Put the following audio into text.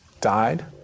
died